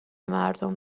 مردم